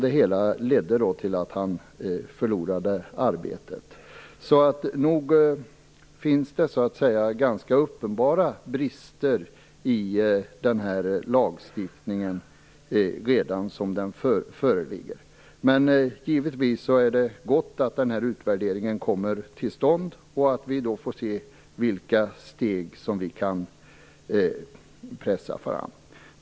Det hela ledde till att vederbörande förlorade arbetet. Det finns således ganska uppenbara brister i den här lagstiftningen redan som den nu föreligger. Men givetvis är det gott att en utvärdering kommer till stånd. Vi får då se vilka steg som vi kan pressa fram.